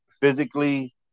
physically